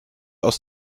aus